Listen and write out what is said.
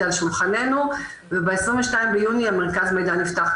על שולחננו וב-22 ביוני מרכז המידע נפתח.